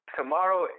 tomorrow